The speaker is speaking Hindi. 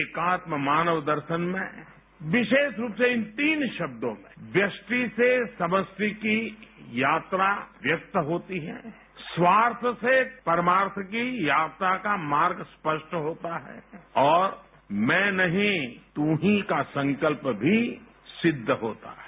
एकात्म मानव दर्शन में विशेष रूप से इन तीन शब्दों व्यष्टि से सबस्विकी यात्रा व्यक्त होती है स्वार्थ से परमार्थ की यात्रा का मार्ग स्पष्ट होता है और मैं नहीं तू ही का संकल्प भी सिद्ध होता है